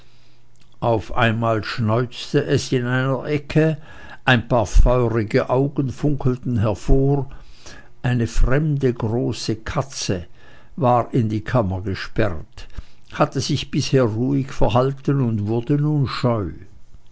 auf einmal schneuzte es in einer ecke ein paar feurige augen funkelten hervor eine fremde große katze war in die kammer gesperrt hatte sich bisher ruhig verhalten und wurde nun scheu